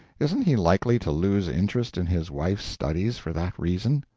isn't he likely to lose interest in his wife's studies for that reason,